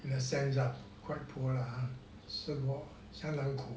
in a sense ah quite poor lah ha 生活相当苦